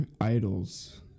Idols